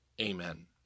Amen